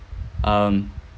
um